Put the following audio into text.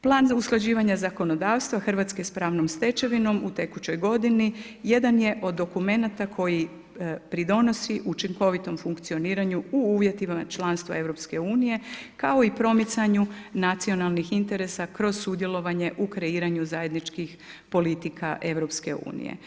Plan za usklađivanje zakonodavstva, Hrvatske s pravnom stečevinom, u tekućoj godini, jedan je od dokumenata koji pridonosi učinkovitom funkcioniranju u uvjetima članstva EU, kao i promicanju nacionalnih interesa kroz sudjelovanje u kreiranju zajedničkih politika EU.